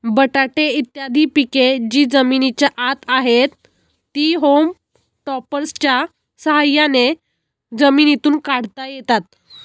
बटाटे इत्यादी पिके जी जमिनीच्या आत आहेत, ती होम टॉपर्सच्या साह्याने जमिनीतून काढता येतात